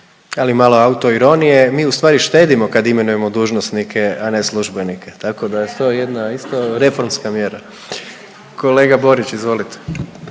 Ali malo autoironije, mi ustvari štedimo kad imenujemo dužnosnike, a ne službenike, tako da je to jedna isto reformska mjera. Kolega Borić, izvolite.